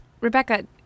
Rebecca